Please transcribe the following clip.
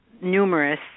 numerous